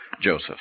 Joseph